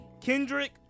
Kendrick